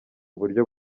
buryo